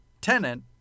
Tenant